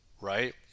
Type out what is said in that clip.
right